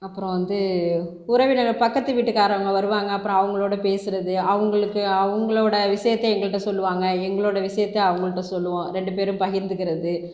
அப்புறம் வந்து உறவினர் பக்கத்து வீட்டுகாரவங்க வருவாங்கள் அப்புறம் அவங்களோடய பேசுகிறது அவங்களுக்கு அவங்களோட விஷயத்தை எங்கள் கிட்ட சொல்லுவாங்கள் எங்களோடய விஷயத்தை அவங்கள் கிட்டே சொல்லுவோம் இரண்டு பேரும் பகிர்ந்துகிறது